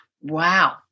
wow